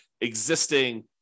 existing